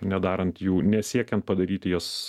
nedarant jų nesiekiant padaryti jas